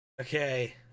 Okay